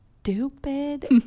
Stupid